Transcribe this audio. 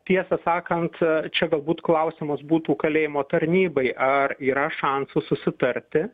tiesą sakant čia galbūt klausimas būtų kalėjimų tarnybai ar yra šansų susitarti